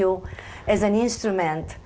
you as an instrument